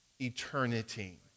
eternity